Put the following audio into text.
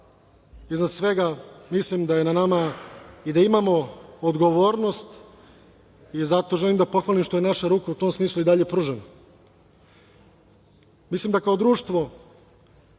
iznad svega mislim da je na nama i da imamo odgovornost i zato želim da pohvalim što je naša ruka u tom smislu i dalje pružena. Mislim da kao društvo